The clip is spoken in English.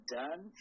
done